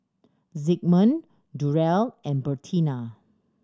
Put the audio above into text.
Zigmund Durell and Bertina